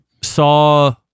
saw